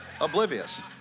oblivious